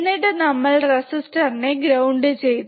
എന്നിട്ട് നമ്മൾ റെസിസ്റ്റർ നെ ഗ്രൌണ്ട് ചെയ്തു